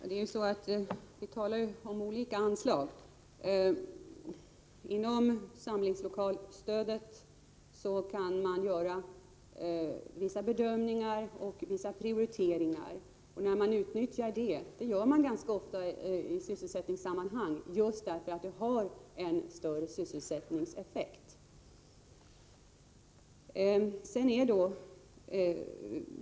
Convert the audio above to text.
Herr talman! Vi talar om olika anslag. Inom samlingslokalsstödet kan man göra vissa prioriteringar. Detta utnyttjas ganska ofta i sysselsättningssammanhang just därför att det har en större sysselsättningseffekt.